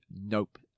nope